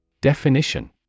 Definition